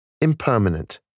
impermanent